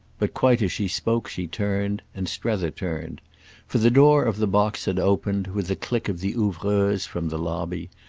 but quite as she spoke she turned, and strether turned for the door of the box had opened, with the click of the ouvreuse, from the lobby,